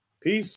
Peace